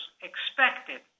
expected